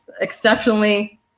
exceptionally